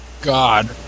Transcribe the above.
God